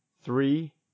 Three